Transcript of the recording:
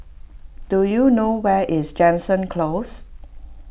do you know where is Jansen Close